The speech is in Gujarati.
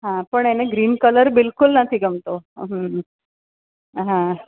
હા પણ એને ગ્રીન કલર બિલકુલ નથી ગમતો હા